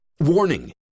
Warning